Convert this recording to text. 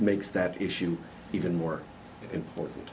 makes that issue even more important